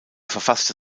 verfasste